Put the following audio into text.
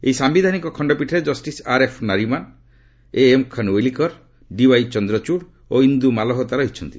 ଏହି ସାୟିଧାନିକ ଖଣ୍ଡପୀଠରେ justice RF Nariman AM Khanwilkar DY Chandrachud ଓ ଇନ୍ଦୁ ମାଲହୋତ୍ରା ରହିଛନ୍ତି